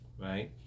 Right